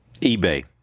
eBay